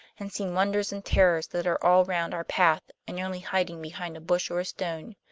and seen wonders and terrors that are all round our path, and only hiding behind a bush or a stone.